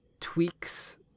tweaks